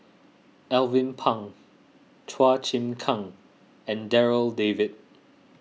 Alvin Pang Chua Chim Kang and Darryl David